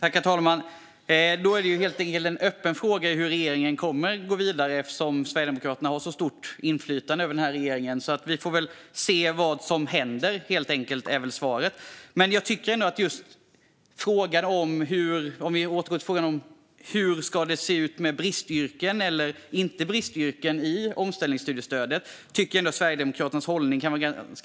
Herr talman! Det är alltså en öppen fråga hur regeringen kommer att gå vidare eftersom Sverigedemokraterna har ett så stort inflytande över den här regeringen. Vi får helt enkelt se vad som händer, är väl svaret. För att återgå till frågan om hur det ska se ut med omställningsstudiestödet när det gäller bristyrken eller icke bristyrken tycker jag ändå att det kan vara ganska intressant att få veta Sverigedemokraternas hållning.